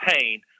pain